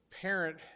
parent